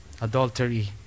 adultery